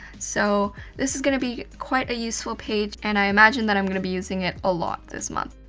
so this is gonna be quite a useful page, and i imagine that i'm gonna be using it a lot this month.